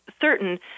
certain